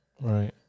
right